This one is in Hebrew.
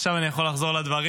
עכשיו אני יכול לחזור לדברים.